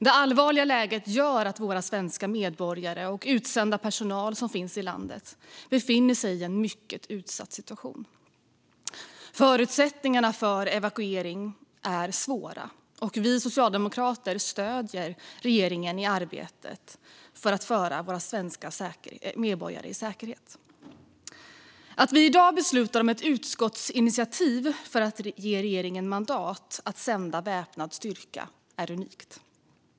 Det allvarliga läget gör att våra svenska medborgare och vår utsända personal som finns i landet befinner sig i en mycket utsatt situation. Förutsättningarna för evakuering är svåra. Vi socialdemokrater stöder regeringen i arbetet för att föra våra svenska medborgare i säkerhet. Att vi i dag beslutar om ett utskottsinitiativ för att ge regeringen mandat att sända väpnad styrka är unikt.